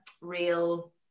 real